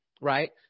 right